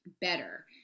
better